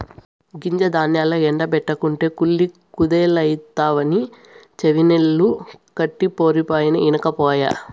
గింజ ధాన్యాల్ల ఎండ బెట్టకుంటే కుళ్ళి కుదేలైతవని చెవినిల్లు కట్టిపోరినా ఇనకపాయె